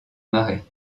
marais